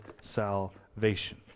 salvation